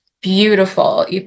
beautiful